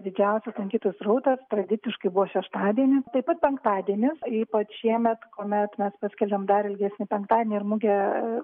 didžiausias lankytojų srautas tradiciškai buvo šeštadienis taip pat penktadienis ypač šiemet kuomet mes paskelbėm dar ilgesnį penktadienį ir mugė